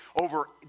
over